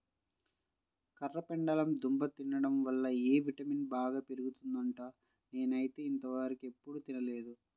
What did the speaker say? కర్రపెండలం దుంప తింటం వల్ల ఎ విటమిన్ బాగా పెరుగుద్దంట, నేనైతే ఇంతవరకెప్పుడు తినలేదు